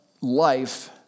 life